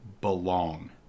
belong